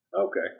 Okay